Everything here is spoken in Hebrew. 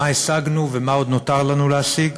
מה השגנו ומה עוד נותר לנו להשיג.